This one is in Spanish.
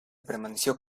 permaneció